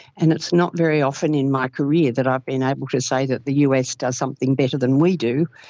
and it's not very often in my career that i've been able to say that the us does something better than we do,